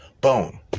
Boom